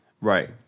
Right